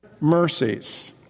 mercies